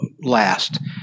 last